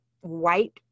white